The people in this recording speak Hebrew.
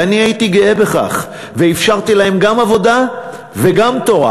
ואני הייתי גאה בכך ואפשרתי להם גם עבודה וגם תורה,